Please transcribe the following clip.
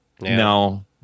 no